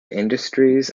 industries